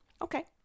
Okay